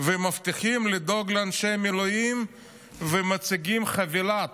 ומבטיחים לדאוג לאנשי המילואים ומציגים חבילת